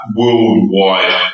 worldwide